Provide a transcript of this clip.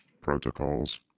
Protocols